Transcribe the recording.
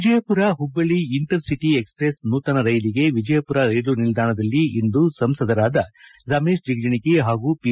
Vijayapura Hubballi intercity express ನೂತನ ರೈಲಿಗೆ ವಿಜಯಪುರ ರೈಲು ನಿಲ್ವಾಣದಲ್ಲಿಂದು ಸಂಸದರಾದ ರಮೇಶ ಜಗಜೀಗಿ ಪಾಗೂ ಪಿ